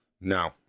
No